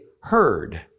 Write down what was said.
heard